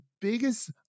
biggest